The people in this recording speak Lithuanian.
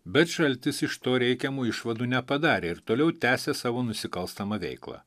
bet šaltis iš to reikiamų išvadų nepadarė ir toliau tęsė savo nusikalstamą veiklą